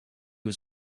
was